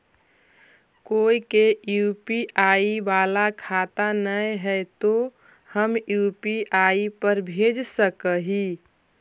कोय के यु.पी.आई बाला खाता न है तो हम यु.पी.आई पर भेज सक ही?